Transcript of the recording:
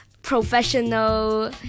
professional